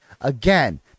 Again